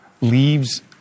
leaves